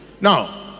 now